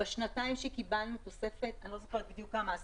בשנתיים שקיבלנו תוספת אני לא זוכרת בדיוק כמה,